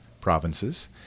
provinces